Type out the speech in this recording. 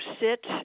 sit